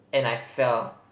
and I fell